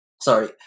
sorry